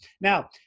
Now